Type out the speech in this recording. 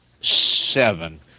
seven